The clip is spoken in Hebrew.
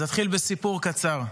אז נתחיל בסיפור קצר.